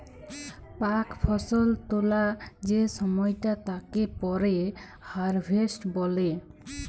পাক ফসল তোলা যে সময়টা তাকে পরে হারভেস্ট বলে